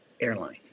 airline